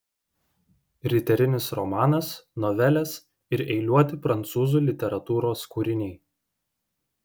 riterinis romanas novelės ir eiliuoti prancūzų literatūros kūriniai